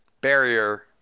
barrier